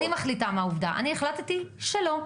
אני מחליטה מה עובדה, ואני החלטתי שלא.